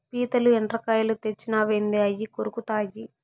పీతలు, ఎండ్రకాయలు తెచ్చినావేంది అయ్యి కొరుకుతాయి